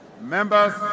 members